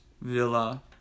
villa